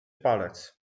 palec